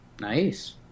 Nice